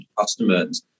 customers